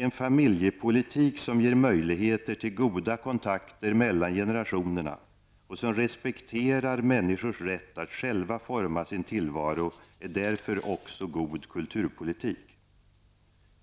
En familjepolitik som ger möjligheter till goda kontakter mellan generationerna och som respekterar människors rätt att själva forma sin tillvaro är därför också god kulturpolitik.